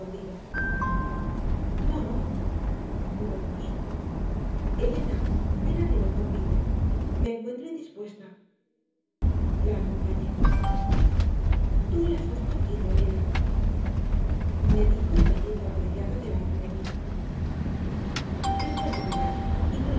no repuso elena ven arriba conmigo me encuentro indispuesta la acompañé tú las has cogido elena me dijo cayendo arrodillada delante de mí devuélvemelas y no